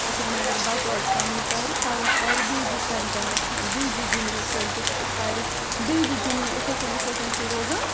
أسۍ چھِ وَنان اگر بچہٕ آز کَمٕے پَرِ پَگاہ پَرِ بیٚیہِ زٕ سٮ۪نٛٹٮ۪نٕس بیٚیہِ زٕ جُملہٕ کٲلۍکٮ۪تھ پَرِ بیٚیہِ زٕ جُملہٕ یِتھَے کٔنۍ یِتھَے کٔنۍ چھُ روزان